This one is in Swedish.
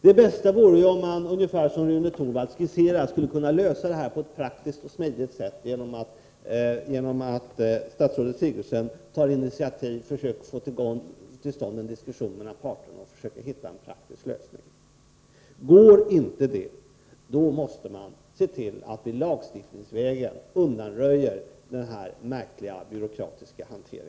Det bästa vore, om statsrådet Sigurdsen — ungefär som Rune Torwald har skisserat — tar ett initiativ för att få till stånd en diskussion mellan parterna och försöka hitta en praktisk och smidig lösning. Går inte det, då måste man se till att vi lagstiftningsvägen undanröjer den här märkliga byråkratiska hanteringen.